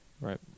Right